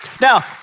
Now